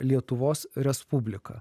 lietuvos respubliką